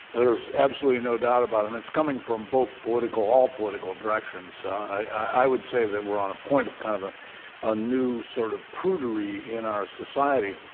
there's absolutely no doubt about it. and it's coming from both political all political directions. i i would say that we're on a point of kind of ah a new sort of prudery in our society.